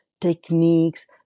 techniques